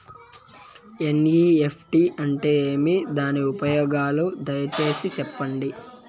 NEFT అంటే ఏమి? దాని ఉపయోగాలు దయసేసి సెప్పండి?